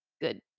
good